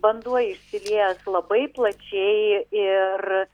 vanduo išsiliejęs labai plačiai ir